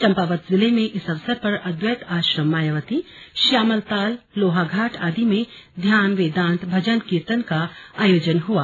चम्पावत जिले में इस अवसर पर अद्वेत आश्रम मायावती श्यामलताल लोहाघाट आदि में ध्यान वेदान्त भजन कीर्तन का आयोजन हुआ